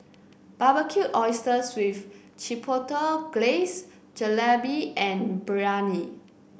Barbecued Oysters with Chipotle Glaze Jalebi and Biryani